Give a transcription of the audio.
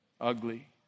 Ugly